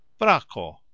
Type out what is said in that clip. Braco